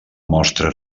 mostra